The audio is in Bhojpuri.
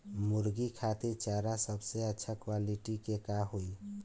मुर्गी खातिर चारा सबसे अच्छा क्वालिटी के का होई?